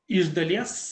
iš dalies